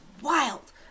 wild